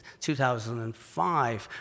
2005